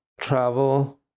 travel